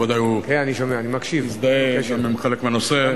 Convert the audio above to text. הוא בוודאי מזדהה עם חלק מהנושא.